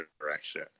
direction